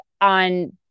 on